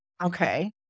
Okay